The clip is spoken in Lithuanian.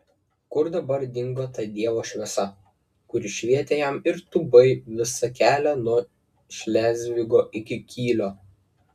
kur dabar dingo ta dievo šviesa kuri švietė jam ir tubai visą kelią nuo šlėzvigo iki kylio